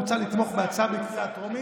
מוצע לתמוך בהצעה בקריאה טרומית,